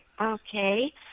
okay